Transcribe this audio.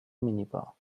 minibar